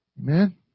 Amen